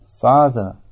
father